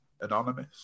anonymous